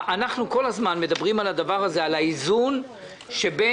אנחנו כל הזמן מדברים על האיזון שבין